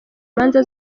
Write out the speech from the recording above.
imanza